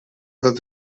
that